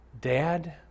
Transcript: Dad